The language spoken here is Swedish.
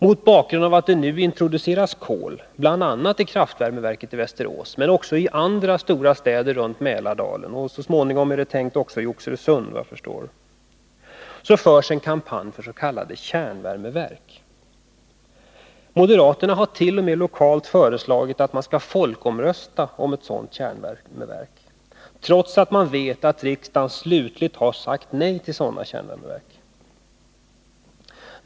Mot bakgrund av att det nu introduceras kol — bl.a. i kraftvärmeverket i Västerås men också i andra stora städer runt Mälardalen och så småningom, är det tänkt, också i Oxelösund — förs en kampanj för s.k. kärnvärmeverk. Moderaterna har t.o.m. föreslagit att man lokalt skall folkomrösta om ett sådant kärnvärmeverk, trots att de vet att riksdagen slutligt sagt nej till sådana kärnvärmeverk.